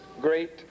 great